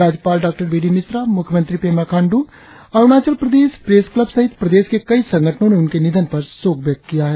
राज्यपाल डॉ B D Mishra मुख्यमंत्री पेमा खांडू अरुणाचल प्रदेश प्रेस क्लब सहित प्रदेश के कई संगठनों ने उनके निधन पर शोक व्यक्त किया है